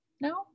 No